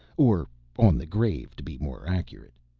or on the grave to be more accurate.